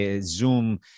Zoom